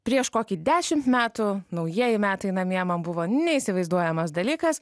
prieš kokį dešimt metų naujieji metai namie man buvo neįsivaizduojamas dalykas